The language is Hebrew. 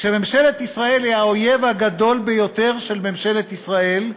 כשממשלת ישראל היא האויב הגדול ביותר של ממשלת ישראל,